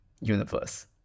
universe